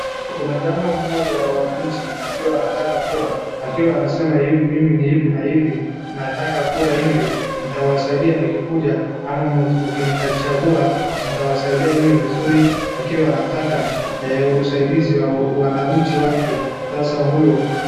Kuna jamaa mmoja wa wanachi akiwa anataka kura, akiwa anasema mimi ni hivi na hivi nataka kura hivi, nitawasaidia nikikuja ama mkinichagua nitawasaidia nyinyi vizuri akiwa anataka usaidizi wa wananchi wake sasa huyu.